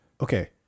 okay